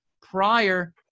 prior